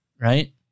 right